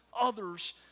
others